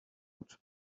بود